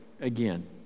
again